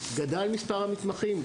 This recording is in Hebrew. גדל מספר המתמחים,